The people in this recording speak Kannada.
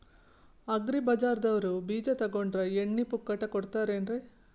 ಅಗ್ರಿ ಬಜಾರದವ್ರು ಬೀಜ ತೊಗೊಂಡ್ರ ಎಣ್ಣಿ ಪುಕ್ಕಟ ಕೋಡತಾರೆನ್ರಿ?